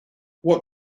what